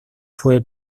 fue